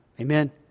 Amen